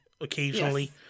occasionally